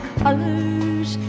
colors